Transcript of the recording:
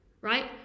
right